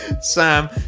Sam